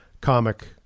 comic